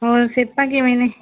ਹੋਰ ਸਿਹਤਾਂ ਕਿਵੇਂ ਨੇ